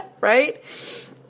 right